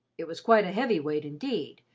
it was quite a heavy weight indeed,